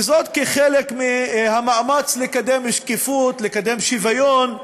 כחלק מהמאמץ לקדם שקיפות, לקדם שוויון,